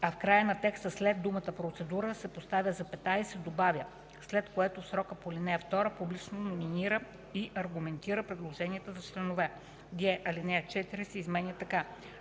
а в края на текста след думата „процедура” се поставя запетая и се добавя „след което в срока по ал. 2 публично номинира и аргументира предложенията за членове.”; г) алинея 4 се изменя така: